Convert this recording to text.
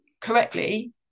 correctly